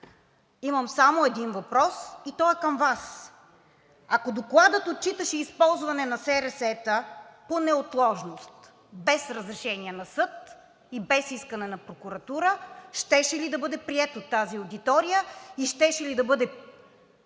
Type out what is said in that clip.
Имам само един въпрос и той е към Вас. Ако Докладът отчиташе използване на СРС-та по неотложност без разрешение на съд и без искане на прокуратура, щеше ли да бъде прието в тази аудитория? Щеше ли да бъде